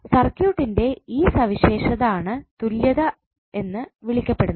സർക്യൂട്ട്ൻറെ ഈ സവിശേഷത ആണ് തുല്യത എന്ന് വിളിക്കപ്പെടുന്നത്